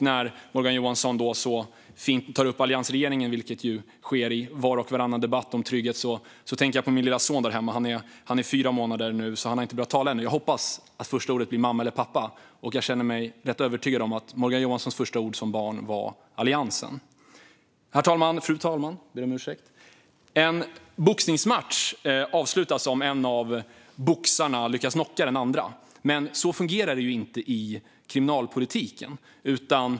När Morgan Johansson tar upp alliansregeringen, vilket sker i var och varannan debatt om trygghet, tänker jag på min lille son där hemma. Han är fyra månader och har inte börjat tala ännu, men jag hoppas att det första ordet blir mamma eller pappa. Jag känner mig rätt övertygad om att Morgan Johanssons första ord som barn var Alliansen. Fru talman! En boxningsmatch avslutas om en av boxarna lyckas knocka den andra, men så fungerar det inte i kriminalpolitiken.